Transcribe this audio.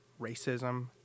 racism